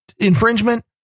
infringement